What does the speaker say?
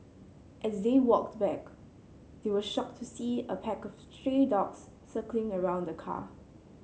as they walked back they were shocked to see a pack of stray dogs circling around the car